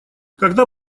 когда